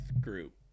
group